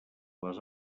les